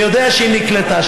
והוא יודע שהיא נכנסה,